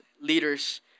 leaders